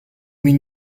mean